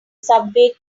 subway